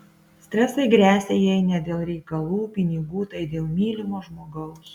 stresai gresia jei ne dėl reikalų pinigų tai dėl mylimo žmogaus